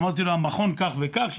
אמרתי לו המכון כך וכך,